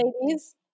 ladies